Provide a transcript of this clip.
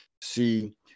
See